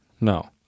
No